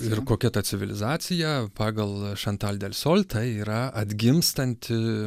ir kokia ta civilizacija pagal chantal delsol tai yra atgimstanti